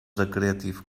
creative